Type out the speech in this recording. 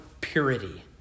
purity